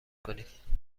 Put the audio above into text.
کنیم